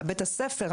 בית הספר,